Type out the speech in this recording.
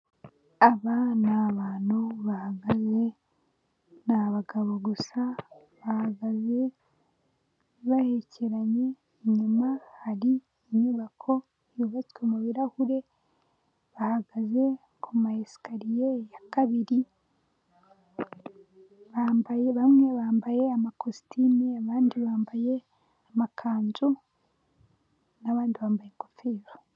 Aba ni abantu bahagaze, ni abagabo gusa bahagaze bahekeranye, inyuma hari inyubako yubatswe mu birahure bahagaze ku ma esikariye ya kabiri, bambaye bamwe bambaye amakositimu, abandi bambaye amakanzu n'abandi bambaye ingofero.